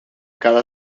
cada